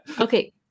Okay